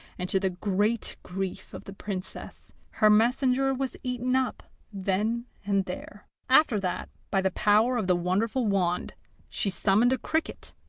and to the great grief of the princess her messenger was eaten up then and there. after that, by the power of the wonderful wand she summoned a cricket,